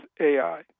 AI